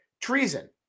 Treason